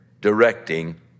directing